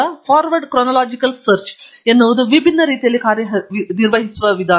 forward chronological search ಎನ್ನುವುದು ವಿಭಿನ್ನ ರೀತಿಯಲ್ಲಿ ಕಾರ್ಯನಿರ್ವಹಿಸುವ ವಿಷಯ